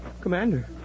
Commander